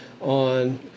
on